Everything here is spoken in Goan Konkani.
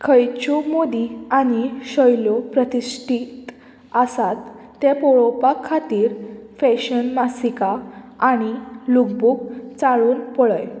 खंयच्यो मोदी आनी शैल्यो प्रतिश्ठीत आसात तें पळोवपा खातीर फॅशन मासिका आनी लुकबूक चाळून पळय